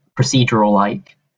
procedural-like